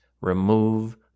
remove